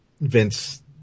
Vince